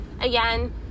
again